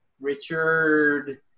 Richard